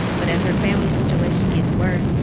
but as her family's situation gets worse,